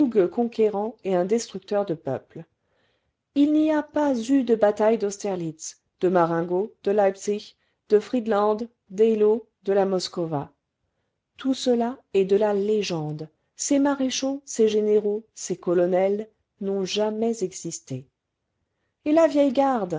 conquérant et un destructeur de peuples h n'y a pas eu de batailles d'austerlitz de marengo de leipzig de h nedland d'eyiau de la moskowa tout cela est de la légende ces maréchaux ces généraux ces colonels n'ont jamais existé et la vieille garde